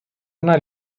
una